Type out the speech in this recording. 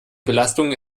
belastungen